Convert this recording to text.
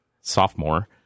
sophomore